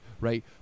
right